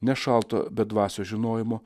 ne šalto bedvasio žinojimo